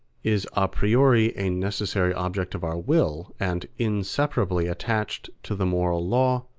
is a priori a necessary object of our will and inseparably attached to the moral law,